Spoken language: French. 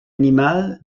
animal